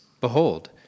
behold